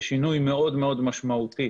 שינוי משמעותי